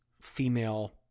female